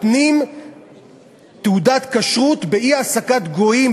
מתנים תעודת כשרות באי-העסקת "גויים",